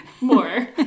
More